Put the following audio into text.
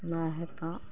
एना हेतौ